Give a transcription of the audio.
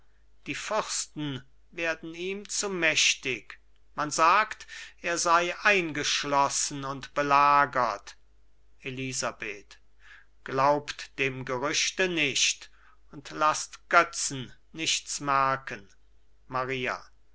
die fürsten werden ihm zu mächtig man sagt er sei eingeschlossen und belagert elisabeth glaubt dem gerüchte nicht und laßt götzen nichts merken maria